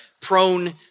prone